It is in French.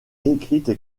écrites